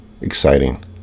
exciting